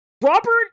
Robert